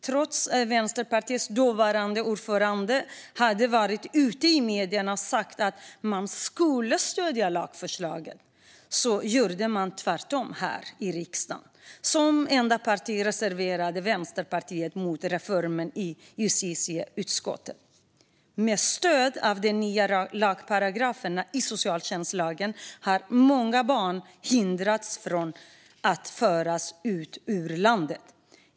Trots att Vänsterpartiets dåvarande ordförande hade varit ute i medierna och sagt att man skulle stödja lagförslaget gjorde man tvärtom här i riksdagen. Som enda parti reserverade sig Vänsterpartiet mot reformen i justitieutskottet. Med stöd av de nya paragraferna i socialtjänstlagen har många barn hindrats från att föras ut ur landet.